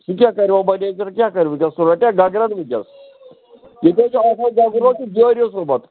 سُہ کیٛاہ کَرٕ وۅنۍ مَنیجَر کیٛاہ کَرِ وُنکٮ۪س سُہ رَٹیٛاہ گَگرَن وُنکٮ۪س ییٚتہِ حظ چھُ اَکھ اَکھ گَگُر حظ چھُ بیٛٲرِس سُمبَتھ